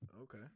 Okay